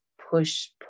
push